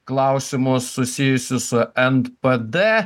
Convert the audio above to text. klausimus susijusius su npd